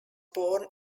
born